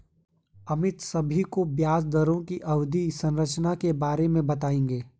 अमित सभी को ब्याज दरों की अवधि संरचना के बारे में बताएंगे